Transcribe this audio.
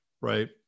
right